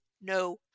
no